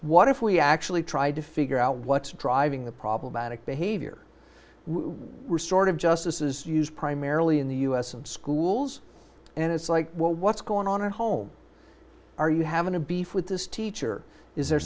what if we actually try to figure out what's driving the problematic behavior restorative justice is used primarily in the u s and schools and it's like what's going on at home are you having a beef with this teacher is there